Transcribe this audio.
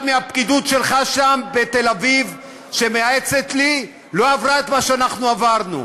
אף אחד מהפקידות שלך שם בתל-אביב שמייעצת לי לא עבר את מה שאנחנו עברנו.